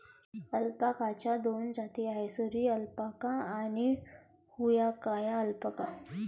अल्पाकाच्या दोन जाती आहेत, सुरी अल्पाका आणि हुआकाया अल्पाका